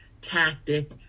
tactic